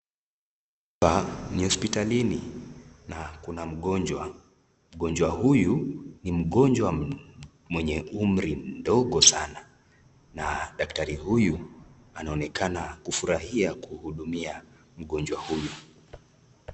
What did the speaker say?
Hapa ni hospitalini na kuna mgonjwa. Mgonjwa huyu ni mgonjwa mno mwenye umri mdogo sana na daktari huyu anaonekana kufurahia kuhudumia mgonjwa huyu.